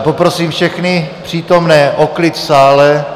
Poprosím všechny přítomné o klid v sále.